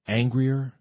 angrier